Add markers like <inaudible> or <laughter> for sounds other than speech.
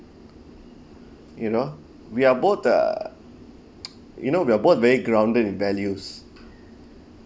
you know we are both uh <noise> you know we are both very grounded in values